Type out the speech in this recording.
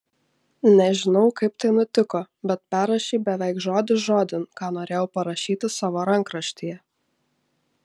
nežinau kaip tai nutiko bet perrašei beveik žodis žodin ką norėjau parašyti savo rankraštyje